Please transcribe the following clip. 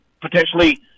potentially